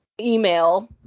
email